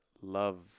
love